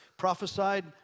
prophesied